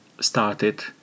started